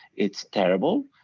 it's terrible,